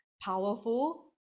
powerful